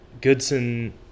Goodson